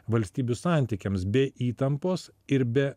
valstybių santykiams be įtampos ir be